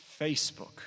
Facebook